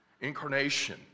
incarnation